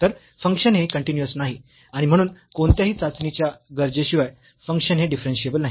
तर फंक्शन हे कन्टीन्यूअस नाही आणि म्हणून कोणत्याही चाचणी च्या गरजेशिवाय फंक्शन हे डिफरन्शियेबल नाही